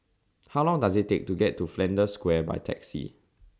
How Long Does IT Take to get to Flanders Square By Taxi